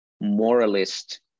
moralist